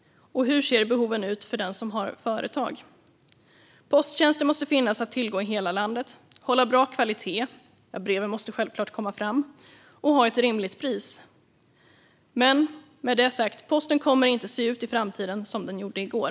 Hur ser behoven ut för den som har företag? Posttjänster måste finnas att tillgå i hela landet, hålla bra kvalitet - breven måste självklart komma fram - och ha ett rimligt pris. Men med detta sagt: Posten kommer inte att se ut i framtiden som den gjorde i går.